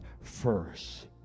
first